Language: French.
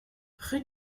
rue